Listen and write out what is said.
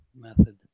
method